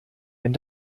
wenn